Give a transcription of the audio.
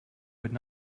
would